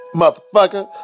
motherfucker